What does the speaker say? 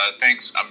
Thanks